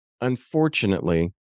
unfortunately